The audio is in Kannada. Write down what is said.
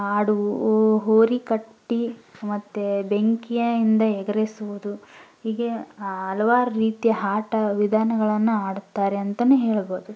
ಆಡು ಹೋರಿ ಕಟ್ಟಿ ಮತ್ತು ಬೆಂಕಿಯಿಂದ ಎಗರಿಸುವುದು ಹೀಗೆ ಹಲವಾರ್ ರೀತಿಯ ಆಟ ವಿಧಾನಗಳನ್ನು ಆಡುತ್ತಾರೆ ಅಂತಲೇ ಹೇಳ್ಬೋದು